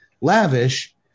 lavish